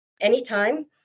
Anytime